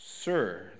Sir